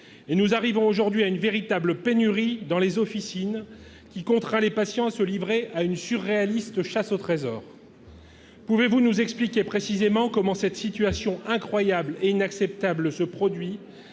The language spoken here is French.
Nous en arrivons aujourd'hui à une véritable pénurie dans les officines, ce qui contraint les patients à se livrer à une surréaliste chasse au trésor. Pouvez-vous nous expliquer précisément comment cette situation incroyable et inacceptable a pu